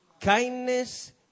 kindness